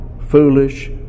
foolish